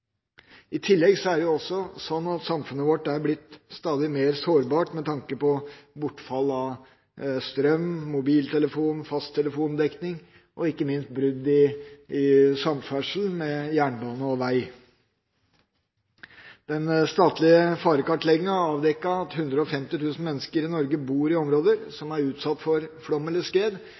I tillegg er samfunnet vårt blitt stadig mer sårbart med tanke på bortfall av strøm, mobiltelefon- og fasttelefondekning og ikke minst brudd i samferdsel med jernbane og vei. Den statlige farekartlegginga har avdekket at 150 000 mennesker i Norge bor i områder som er utsatt for flom eller